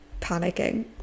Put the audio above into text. panicking